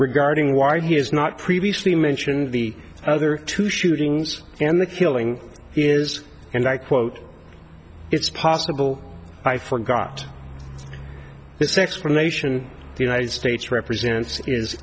regarding why he has not previously mentioned the other two shootings and the killing is and i quote it's possible i forgot this explanation the united states represents is